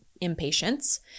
impatience